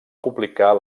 publicar